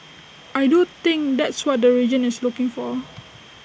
I do think that's what the region is looking for